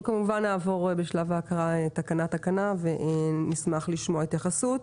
אנחנו כמובן נעבור בשלב ההקראה תקנה-תקנה ונשמח לשמוע התייחסות.